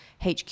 HQ